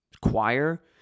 choir